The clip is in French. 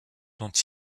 dont